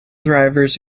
drivers